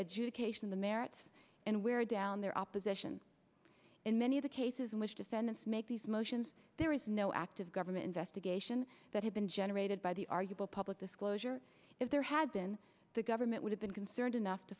adjudication the merits and wear down their opposition in many of the cases in which defendants make these motions there is no active government investigation that had been generated by the arguable public disclosure if there had been the government would have been concerned enough to